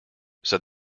said